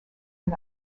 and